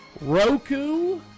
Roku